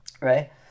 Right